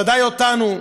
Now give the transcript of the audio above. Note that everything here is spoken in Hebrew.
ודאי אותנו.